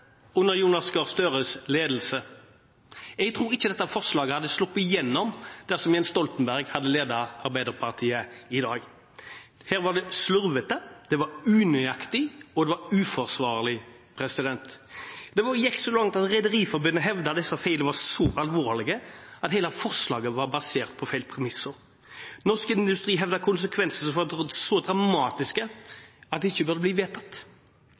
under Jonas Gahr Støres ledelse. Jeg tror ikke dette forslaget hadde sluppet igjennom dersom Jens Stoltenberg hadde ledet Arbeiderpartiet i dag. Det var slurvete, det var unøyaktig, og det var uforsvarlig. Det gikk så langt at Rederiforbundet hevdet at disse feilene var så alvorlige at hele forslaget var basert på feil premisser. Norsk Industri hevdet konsekvensene ville være så dramatiske at det ikke burde bli vedtatt.